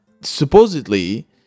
supposedly